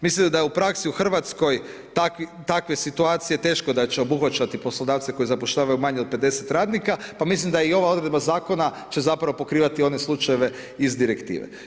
Mislim da u praksi u Hrvatskoj takve situacije teško da će omogućavati poslodavce koji zapošljavaju manje od 50 radnika pa mislim da je i ova odredba zakona će zapravo pokrivati one slučajeve iz direktive.